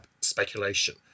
speculation